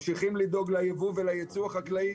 ממשיכים לדאוג ליבוא וליצוא החקלאי,